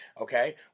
okay